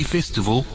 Festival